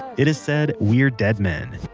it is said we're dead men.